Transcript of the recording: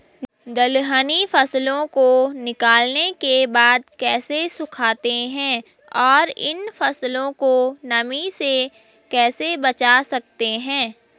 दलहनी फसलों को निकालने के बाद कैसे सुखाते हैं और इन फसलों को नमी से कैसे बचा सकते हैं?